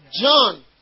John